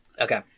Okay